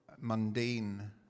mundane